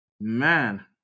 man